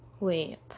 Wait